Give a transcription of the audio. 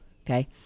okay